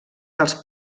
dels